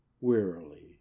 wearily